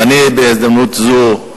ואני, בהזדמנות זו,